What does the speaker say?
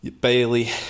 bailey